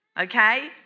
Okay